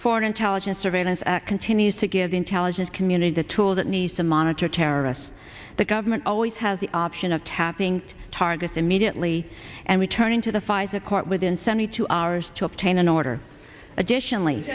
foreign intelligence surveillance act continues to give the intelligence community the tools it needs to monitor terrorists that government always has the option of tapping targets immediately and returning to the fight to court within seventy two hours to obtain an order additionally